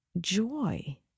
joy